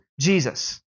Jesus